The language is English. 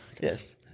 Yes